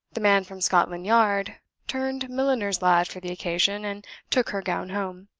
the man from scotland yard turned milliner's lad for the occasion, and took her gown home.